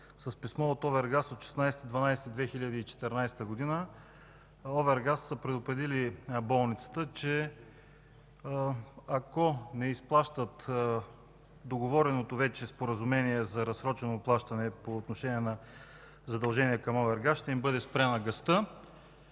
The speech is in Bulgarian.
С писмо от 16 декември 2014 г. „Овергаз” са предупредили болницата, че ако не изплащат договореното вече споразумение за разсрочено плащане по отношение на задължения към фирмата, ще им бъде спряна газта.